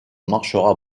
marchera